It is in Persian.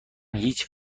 هیچ